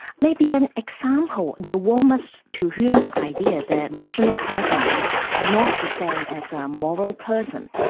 maybe an example will warm us to hume's idea the rational person is not the same as a moral person.